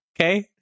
Okay